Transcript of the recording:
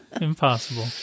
Impossible